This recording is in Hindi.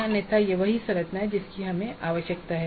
अन्यथा यह वही संरचना है जिसकी हमें आवश्यकता है